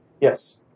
Yes